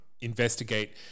investigate